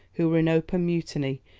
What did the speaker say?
who were in open mutiny,